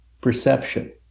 perception